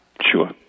Sure